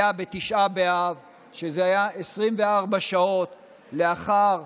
בתשעה באב, שזה היה 24 שעות לאחר